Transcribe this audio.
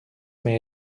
may